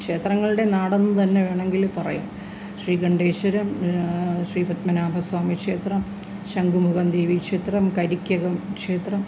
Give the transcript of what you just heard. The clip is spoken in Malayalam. ക്ഷേത്രങ്ങളുടെ നാടെന്നുതന്നെ വേണെങ്കില് പറയാം ശ്രീകണ്ഠേശ്വരം ശ്രീപത്മനാഭസ്വാമി ക്ഷേത്രം ശംഖുമുഖം ദേവീക്ഷേത്രം കരിക്കകം ക്ഷേത്രം